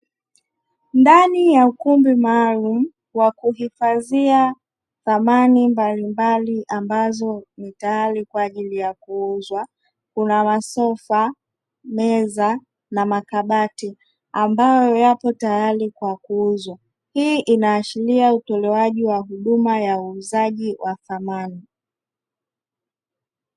Ndani ya ukumbi maalumu wa kuhifadhia samani mbalimbali, ambazo mtayari kwa ajili ya kuuzwa kuna masofa, meza na makabati ambayo yapo tayari kwa kuuzwa. Hii inaashiria utolewaji wa huduma ya uuzaji wa samani.